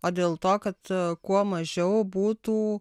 o dėl to kad kuo mažiau būtų